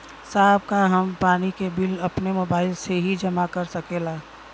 साहब का हम पानी के बिल अपने मोबाइल से ही जमा कर सकेला?